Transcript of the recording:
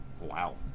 Wow